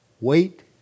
wait